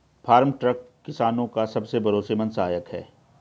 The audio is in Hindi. फार्म ट्रक किसानो का सबसे भरोसेमंद सहायक है